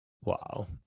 Wow